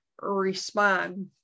respond